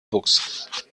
books